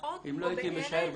אז אני אומר,